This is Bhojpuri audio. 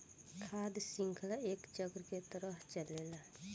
खाद्य शृंखला एक चक्र के तरह चलेला